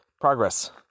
Progress